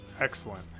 Excellent